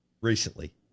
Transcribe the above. recently